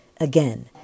again